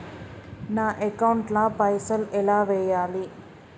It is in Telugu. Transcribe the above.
నా అకౌంట్ ల పైసల్ ఎలా వేయాలి?